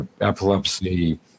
epilepsy